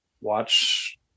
watch